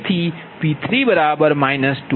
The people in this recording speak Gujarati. તેથીP3 −2